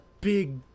big